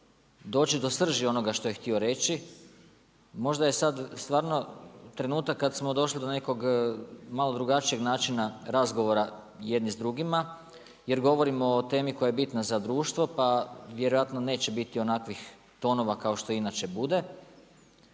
doći do srži onoga što je htio reći. Možda je sad stvarno trenutak kad smo došli do nekog malo drugačijeg načina razgovora jedni s drugima, jer govorimo o temi koja je bitna za društvo, pa vjerojatno neće biti onakvih tonova kao što inače bude.